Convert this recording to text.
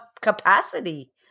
capacity